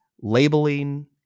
labeling